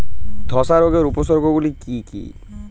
ধসা রোগের উপসর্গগুলি কি কি?